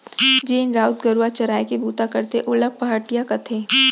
जेन राउत गरूवा चराय के बूता करथे ओला पहाटिया कथें